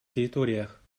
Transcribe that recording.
территориях